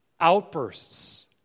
Outbursts